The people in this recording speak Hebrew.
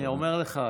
אני אומר לך,